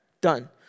Done